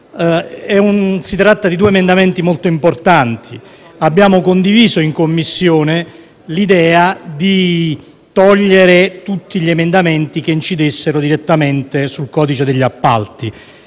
Si tratta di due emendamenti molto importanti. Abbiamo condiviso in Commissione l'idea di eliminare tutti gli emendamenti che incidessero direttamente sul codice degli appalti.